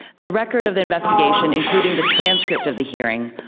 the record of the investigation, including the transcript of the hearing,